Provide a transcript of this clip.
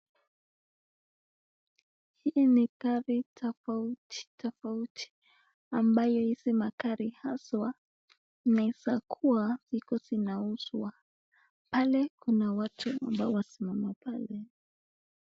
Hii ni gari tofauti tofauti, ambayo hizi magari haswa zinaezakuwa zinauzwa. Pale kuna watu ambao wamesimama pale.